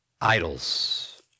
idols